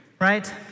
right